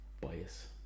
bias